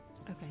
Okay